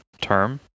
term